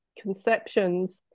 conceptions